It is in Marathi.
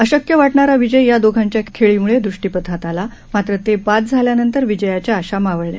अशक्य वाटणारा विजय या दोघांच्या खेळीमुळे दृष्टीपथात आला मात्र ते बाद झाल्यानंतर विजयाच्या आशा मावळल्या